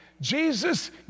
Jesus